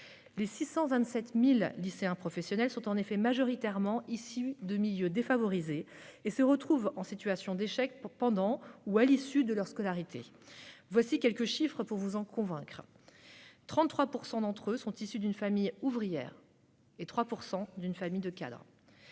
les 627 000 « lycéens professionnels » sont majoritairement issus de milieux défavorisés et se retrouvent souvent en situation d'échec pendant ou après leur scolarité. Voici quelques données pour vous en convaincre : 33 % de ces élèves sont issus d'une famille ouvrière et 3 % d'une famille de cadre